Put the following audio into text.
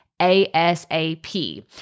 ASAP